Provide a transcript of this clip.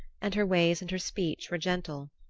and her ways and her speech were gentle.